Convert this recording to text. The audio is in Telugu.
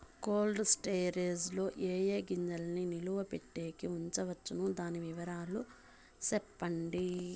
కోల్డ్ స్టోరేజ్ లో ఏ ఏ గింజల్ని నిలువ పెట్టేకి ఉంచవచ్చును? దాని వివరాలు సెప్పండి?